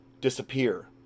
disappear